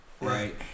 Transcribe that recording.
right